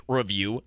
review